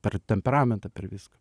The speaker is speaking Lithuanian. per temperamentą per viską